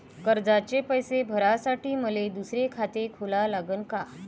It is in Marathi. कर्जाचे पैसे भरासाठी मले दुसरे खाते खोला लागन का?